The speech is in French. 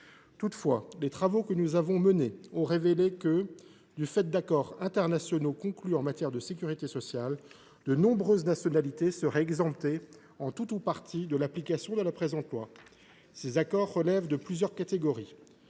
Toutefois, les travaux que nous avons menés ont révélé que, du fait d’accords internationaux conclus en matière de sécurité sociale, de nombreuses nationalités seraient exemptées, en tout ou partie, de l’application de la présente proposition de loi. Ces accords relèvent de plusieurs catégories.